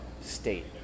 state